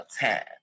time